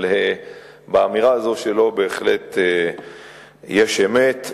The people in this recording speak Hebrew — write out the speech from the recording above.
אבל באמירה הזו שלו בהחלט יש אמת,